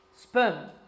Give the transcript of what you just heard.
sperm